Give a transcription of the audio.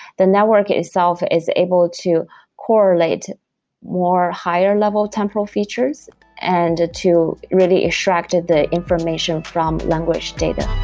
the network itself is able to correlate more higher-level temporal features and to really extract the information from language data